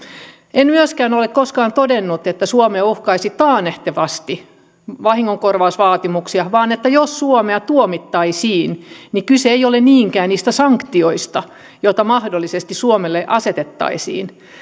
en myöskään ole koskaan todennut että suomea uhkaisivat taannehtivasti vahingonkorvausvaatimukset vaan että jos suomi tuomittaisiin niin kyse ei olisi niinkään niistä sanktioista joita mahdollisesti suomelle asetettaisiin